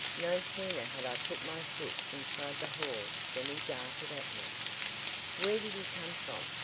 no sooner had i put my foot inside the hall than he darted at me where did he come from?